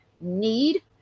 need